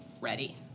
ready